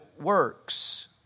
works